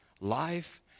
life